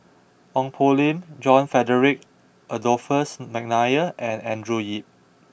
Ong Poh Lim John Frederick Adolphus McNair and Andrew Yip